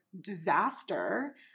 disaster